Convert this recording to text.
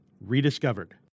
rediscovered